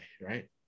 right